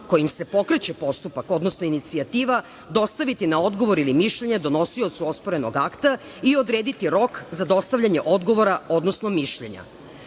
kojim se pokreće postupak, odnosno inicijativa dostaviti na odgovor ili mišljenje donosiocu osporenog akta i odrediti rok za dostavljanje odgovora, odnosno